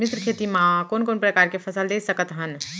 मिश्र खेती मा कोन कोन प्रकार के फसल ले सकत हन?